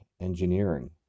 engineering